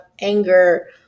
anger